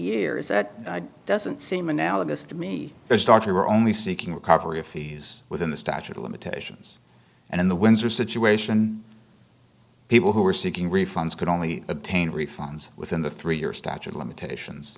years that doesn't seem analogous to me their start here were only seeking recovery of fees within the statute of limitations and in the windsor situation people who were seeking refunds could only obtain refunds within the three year statute of limitations